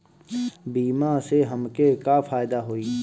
बीमा से हमके का फायदा होई?